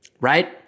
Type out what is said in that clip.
right